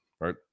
right